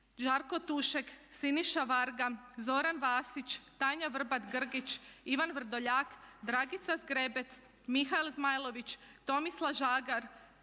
Žarko Tušek, Siniša Varga, Zoran Vasić, Tanja Vrbat-Grgić, Ivan Vrdoljak, Dragica Zgrebec, Mihael Zmailović, Tomislav Žagar,